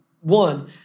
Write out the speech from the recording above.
One